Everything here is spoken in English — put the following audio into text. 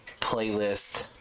playlist